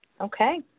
Okay